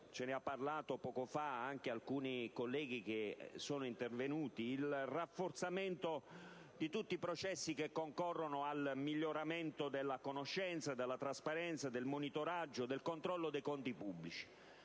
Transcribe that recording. ce ne hanno parlato poco fa anche alcuni colleghi intervenuti - di tutti i processi che concorrono al miglioramento della conoscenza, della trasparenza, del monitoraggio e del controllo dei conti pubblici.